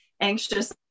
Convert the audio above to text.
anxious